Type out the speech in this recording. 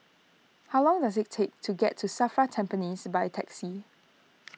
how long does it take to get to Safra Tampines by taxi